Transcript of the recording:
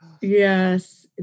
Yes